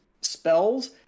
spells